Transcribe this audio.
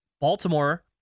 Baltimore